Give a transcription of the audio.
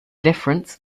difference